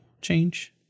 change